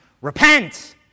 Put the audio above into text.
repent